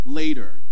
later